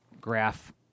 graph